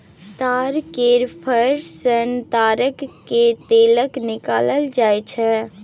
ताड़ केर फर सँ ताड़ केर तेल निकालल जाई छै